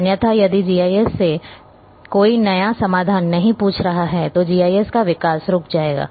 अन्यथा यदि जीआईएस से कोई नया समाधान नहीं पूछ रहा है तो जीआईएस का विकास रुक जाएगा